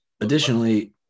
Additionally